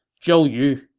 zhou yu,